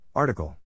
Article